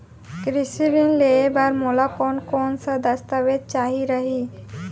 कृषि ऋण लेहे बर मोला कोन कोन स दस्तावेज चाही रही?